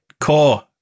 core